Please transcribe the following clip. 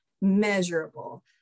measurable